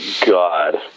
God